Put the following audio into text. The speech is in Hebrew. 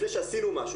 לפני שעשינו משהו.